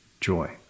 joy